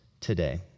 today